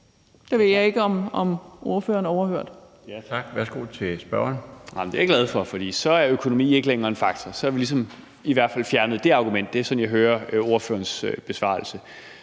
Peter Kofod (DF): Jamen det er jeg glad for, for så er økonomi ikke længere en faktor. Så har vi ligesom i hvert fald fjernet det argument. Det er sådan, jeg hører ordførerens besvarelse.